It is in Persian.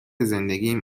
زندگیم